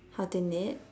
how to knit